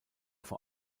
vor